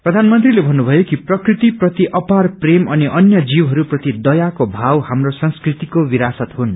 प्रधानमन्त्रीले भन्नुभयो कि प्रकृति प्रति अपार प्रेय अनि अन्य जीवहरू प्रति दयाको भाव हाप्रो संस्कृतिको विरासत हुन्